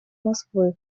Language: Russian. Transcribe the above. москвы